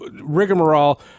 rigmarole